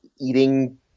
eating